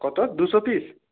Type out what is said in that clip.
কত দুশো পিস